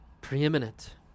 preeminent